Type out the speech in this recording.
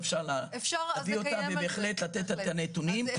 אבל אפשר להביא אותה והיא תיתן את הנתונים.